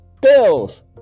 Bills